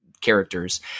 characters